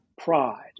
pride